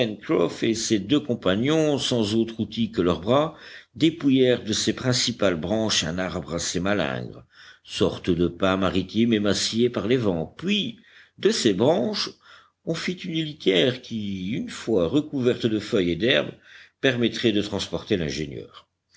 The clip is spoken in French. et ses deux compagnons sans autres outils que leurs bras dépouillèrent de ses principales branches un arbre assez malingre sorte de pin maritime émacié par les vents puis de ces branches on fit une litière qui une fois recouverte de feuilles et d'herbes permettrait de transporter l'ingénieur